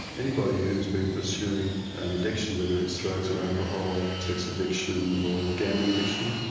anybody who has been pursuing an addiction whether it's drugs or alcohol, sex addiction, or gambling addiction,